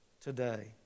today